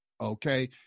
Okay